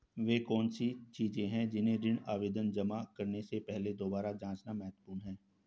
वे कौन सी चीजें हैं जिन्हें ऋण आवेदन जमा करने से पहले दोबारा जांचना महत्वपूर्ण है?